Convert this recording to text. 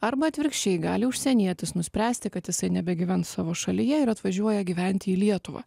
arba atvirkščiai gali užsienietis nuspręsti kad jisai nebegyvens savo šalyje ir atvažiuoja gyventi į lietuvą